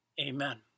amen